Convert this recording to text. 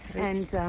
and